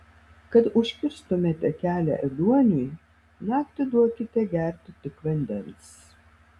kad užkirstumėte kelią ėduoniui naktį duokite gerti tik vandens